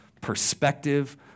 perspective